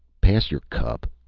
pass you cup!